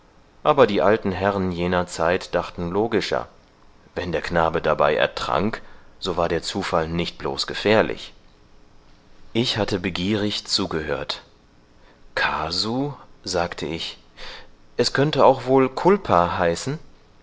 aber die alten herren jener zeit dachten logischer wenn der knabe dabei ertrank so war der zufall nicht nur bloß gefährlich ich hatte begierig zugehört casu sagte ich es könnte auch wohl culpa heißen